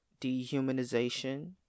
dehumanization